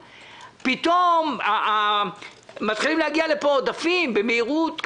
פתאום מתחילים להגיע לכאן עודפים במהירות כזאת.